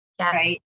right